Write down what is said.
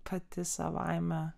pati savaime